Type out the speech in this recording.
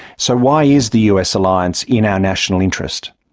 so why is the us alliance in our national interest?